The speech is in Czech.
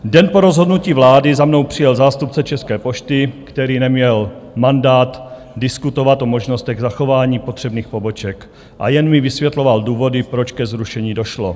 Den po rozhodnutí vlády za mnou přijel zástupce České pošty, který neměl mandát diskutovat o možnostech zachování potřebných poboček a jen mi vysvětloval důvody, proč ke zrušení došlo.